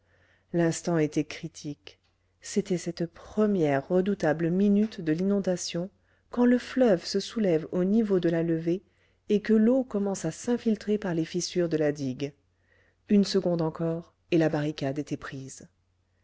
l'instant était critique c'était cette première redoutable minute de l'inondation quand le fleuve se soulève an niveau de la levée et que l'eau commence à s'infiltrer par les fissures de la digue une seconde encore et la barricade était prise